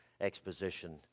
exposition